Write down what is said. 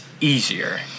easier